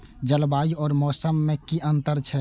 जलवायु और मौसम में कि अंतर छै?